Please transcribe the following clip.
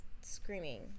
screaming